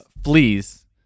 fleas